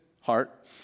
heart